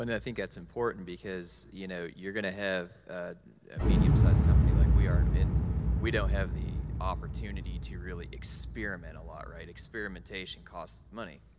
and think that's important, because you know, you're gonna have a medium-size company like we are, and we don't have the opportunity to really experiment a lot, right. experimentation costs money.